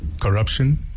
corruption